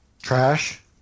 Trash